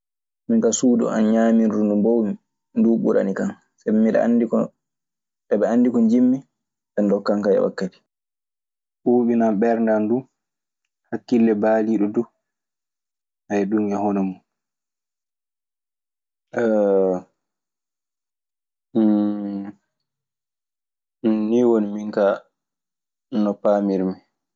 Min kaa suudu an ñaamirdu ndu mboowmi nduu ɓuranikan. Sabi miɗe anndi ko. Eɓe anndi ko njiɗmi. Ɓe ndokkan kan e wakkati. Ɓuuɓinan ɓernde an du, hakkille baaliiɗo du. Haya, ɗun e hono mun. Nii woni min kaa no paamirmi.